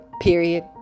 period